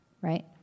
Right